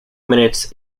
minutes